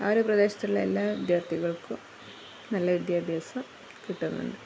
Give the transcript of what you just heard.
ആ ഒരു പ്രദേശത്തുള്ള എല്ലാ വിദ്യാർത്ഥികൾക്കും നല്ല വിദ്യാഭ്യാസം കിട്ടുന്നുണ്ട്